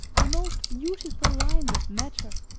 the most beautiful lines of matter,